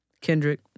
Kendrick